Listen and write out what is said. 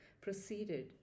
proceeded